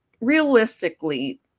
realistically